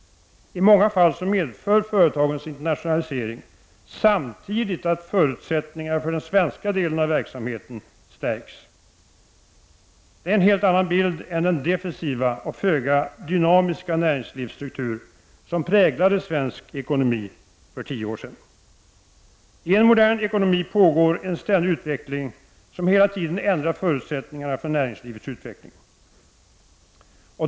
I många fall medför företagens internationalisering samtidigt att förutsättningarna för den svenska delen av verksamheten stärks. Det är en helt annan bild än den defensiva och föga dynamiska näringslivsstruktur som präglade svensk ekonomi för tio år sedan. I en modern ekonomi pågår en ständig utveckling, som hela tiden ändrar förutsättningarna för näringslivets utveckling.